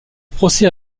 procès